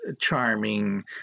charming